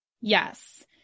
Yes